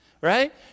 right